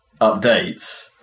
updates